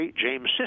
James